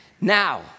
Now